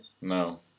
No